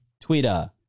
Twitter